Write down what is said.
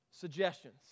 Suggestions